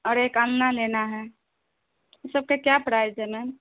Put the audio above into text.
اور ایک انگنا لینا ہے یہ سب کا کیا پرائز ہے میم